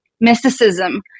mysticism